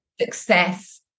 success